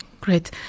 Great